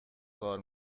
کار